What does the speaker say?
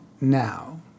now